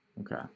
Okay